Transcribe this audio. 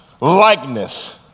likeness